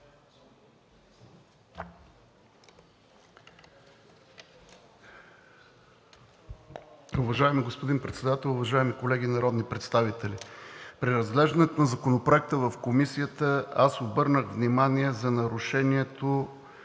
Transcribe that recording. Уважаеми господин Председател, уважаеми колеги народни представители! При разглеждането на Законопроекта в Комисията обърнах внимание на нарушението,